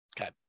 okay